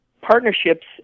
Partnerships